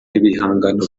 ibihangano